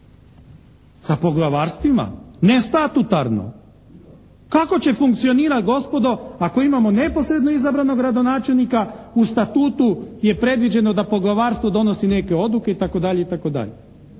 Sa poglavarstvima? Ne statutarno. Kako će funkcionirati gospodo ako imamo neposredno izabranog gradonačelnika, u statutu je predviđeno da poglavarstvo donosi neke odluke itd.